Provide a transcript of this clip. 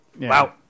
Wow